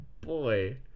boy